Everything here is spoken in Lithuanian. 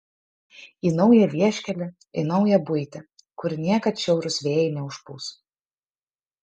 į naują vieškelį į naują buitį kur niekad šiaurūs vėjai neužpūs